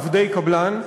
עבדי קבלן,